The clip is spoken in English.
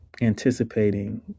anticipating